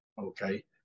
okay